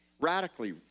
Radically